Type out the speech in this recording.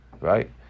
right